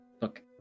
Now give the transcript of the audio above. Look